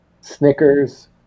Snickers